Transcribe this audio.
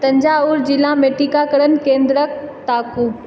तञ्जावूर जिलामे टीकाकरण केन्द्रकेँ ताकू